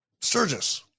Sturgis